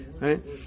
right